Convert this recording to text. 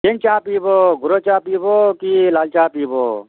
କିନ୍ ଚାହା ପିଇବ ଗୁର ଚାହା ପିଇବ କି ଲାଲ୍ ଚାହା ପିଇବ